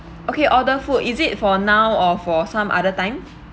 okay order food is it for now or for some other time